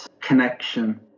connection